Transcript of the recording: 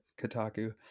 Kotaku